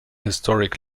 historic